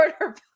Order